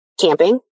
camping